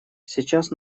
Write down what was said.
сейчас